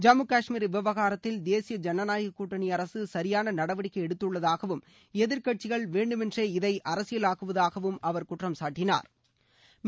ஜம்மு கஷ்மீர் விவகாரத்தில் தேசிய ஜனநாயக கூட்டணி அரசு சரியாள நடவடிக்கையை எடுத்துள்ளதாகவும் எதிர்கட்சிகள் வேண்டுமென்றே இதை அரசியலாக்குவதாகவும் அவா் குற்றம் சாட்டினாா்